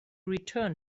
return